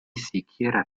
siquiera